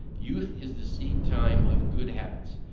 youth is the seed time of good habits,